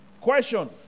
Question